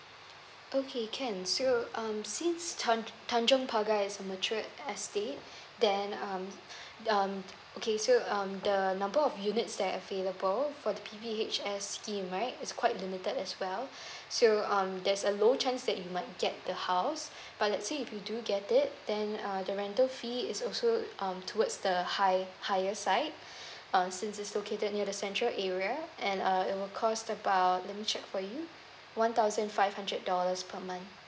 okay can so um since tan~ tanjong pagar is a matured estate then um um okay so um the number of units that are available for the P_P_H_S scheme right is quite limited as well so um there's a low chance that you might get the house but let's say if you do get it then uh the rental fee is also um towards the high higher side um since is located near the central area and uh it will cost about let me check for you one thousand five hundred dollars per month